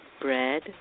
bread